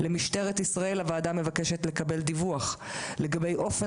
למשטרת ישראל הוועדה מבקשת לקבל דיווח לגבי אופן